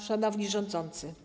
Szanowni Rządzący!